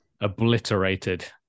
obliterated